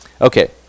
Okay